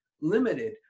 limited